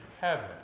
heaven